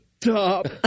top